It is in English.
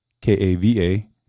K-A-V-A